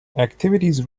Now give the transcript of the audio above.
activities